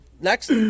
next